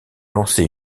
lancer